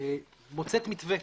מוצאת מתווה.